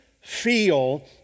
feel